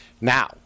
Now